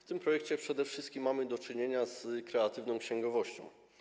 W tym projekcie przede wszystkim mamy do czynienia z kreatywną księgowością.